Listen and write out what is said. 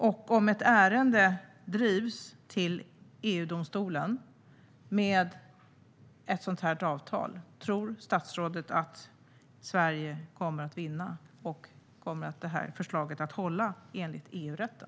Om ett ärende drivs till EU-domstolen om ett sådant här avtal, tror statsrådet att Sverige kommer att vinna? Kommer det här förslaget att hålla enligt EU-rätten?